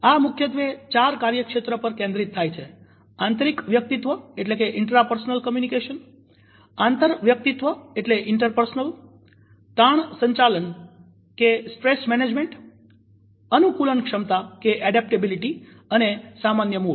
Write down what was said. આ મુખ્યત્વે ચાર કાર્યક્ષેત્ર ઉપર કેન્દ્રિત થાય છે આંતરિકવ્યક્તિત્વ આંતરવ્યક્તિત્વ તાણ સંચાલન અનુકૂલનક્ષમતા અને સામાન્ય મૂડ